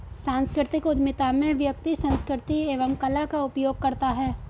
सांस्कृतिक उधमिता में व्यक्ति संस्कृति एवं कला का उपयोग करता है